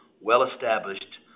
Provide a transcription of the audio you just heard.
well-established